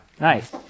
nice